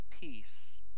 peace